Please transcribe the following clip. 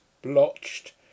blotched